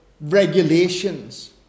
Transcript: regulations